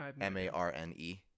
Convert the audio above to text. m-a-r-n-e